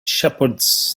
shepherds